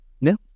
No